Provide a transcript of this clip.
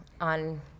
On